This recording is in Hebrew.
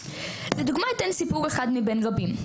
לדוגמה, אתן סיפור אחד מבין רבים.